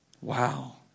Wow